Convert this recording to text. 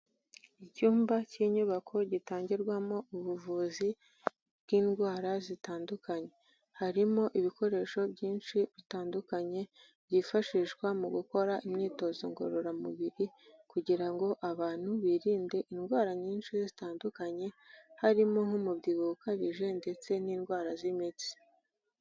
Icyumba cy'inyubako gitangirwamo ubuvuzi bw'indwara zitandukanye. Harimo ibikoresho byinshi bitandukanye, byifashishwa mu gukora imyitozo ngororamubiri, kugira ngo abantu birinde indwara nyinshi zitandukanye, harimo nk'umubyibuho ukabije ndetse n'indwara z'imitsi.